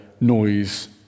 noise